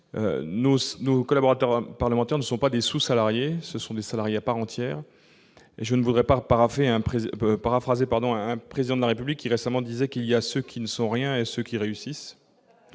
Nos collaborateurs parlementaires ne sont pas des sous-salariés ; ce sont des salariés à part entière ! Au risque de paraphraser un Président de la République qui distinguait ceux qui ne sont rien de ceux qui réussissent,